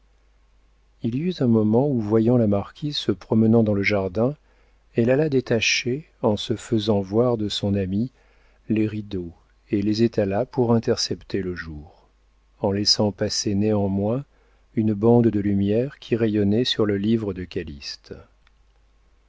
il y eut un moment où voyant la marquise se promenant dans le jardin elle alla détacher en se faisant voir de son amie les rideaux et les étala pour intercepter le jour en laissant passer néanmoins une bande de lumière qui rayonnait sur le livre de calyste